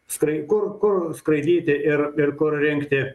skrai kur kur skraidyti ir ir kur rinkti